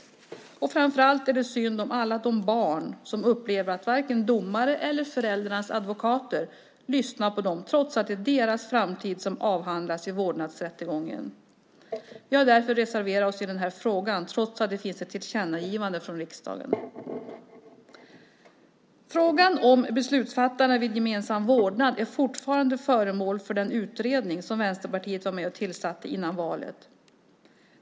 Det är framför allt synd om alla de barn som upplever att varken domare eller föräldrarnas advokater lyssnar på dem trots att det är deras framtid som avhandlas i vårdnadsrättegången. Vi har därför reserverat oss i den här frågan trots att det finns ett tillkännagivande från riksdagen. Frågan om beslutsfattande vid gemensam vårdnad är fortfarande föremål för den utredning som Vänsterpartiet var med och tillsatte före valet.